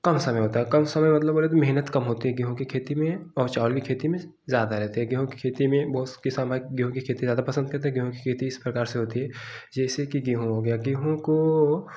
कम समय होता है कम समय का मतलब बोले तो मेहनत कम होती है गेहूँ की खेती में और चावल की खेती में ज़्यादा रहती है गेहूँ की खेती में बहुत किसान गेहूँ की खेती ज़्यादा पसंद करते हैं गेहूँ की खेती इस प्रकार से होती है जैसे कि गेहूँ हो गया गेहूँ को